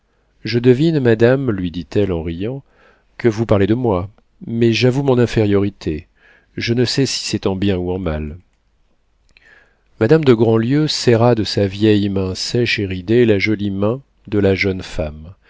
je devine madame lui dit-elle en riant que vous parlez de moi mais j'avoue mon infériorité je ne sais si c'est en bien ou en mal madame de grandlieu serra de sa vieille main sèche et ridée la jolie main de la jeune femme